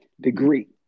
degree